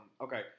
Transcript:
okay